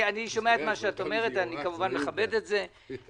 אני שומע את מה שאת אומרת ואני מכבד את זה, כמובן.